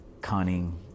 cunning